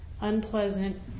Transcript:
unpleasant